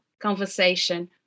conversation